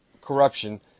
corruption